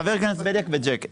חבר הכנסת בליאק וג'ק,